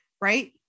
right